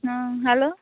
हँ हेलो